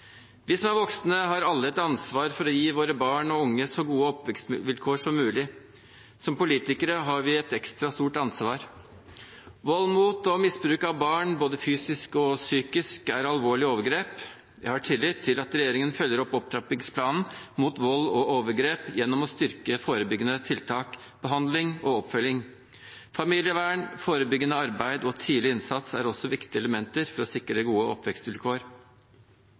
Vi som er voksne, har alle et ansvar for å gi våre barn og unge så gode oppvekstvilkår som mulig. Som politikere har vi et ekstra stort ansvar. Vold mot og misbruk av barn, både fysisk og psykisk, er alvorlige overgrep. Jeg har tillit til at regjeringen følger opp opptrappingsplanen mot vold og overgrep gjennom å styrke forebyggende tiltak, behandling og oppfølging. Familievern, forebyggende arbeid og tidlig innsats er også viktige elementer for å sikre gode oppvekstvilkår.